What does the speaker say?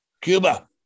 Cuba